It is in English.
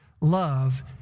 Love